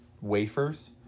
wafers